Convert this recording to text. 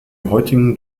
heutigen